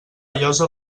llosa